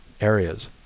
areas